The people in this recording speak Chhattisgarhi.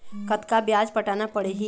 कतका ब्याज पटाना पड़ही?